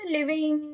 Living